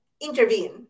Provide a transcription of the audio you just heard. intervene